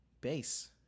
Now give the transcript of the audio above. base